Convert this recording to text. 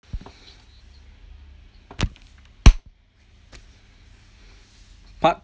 part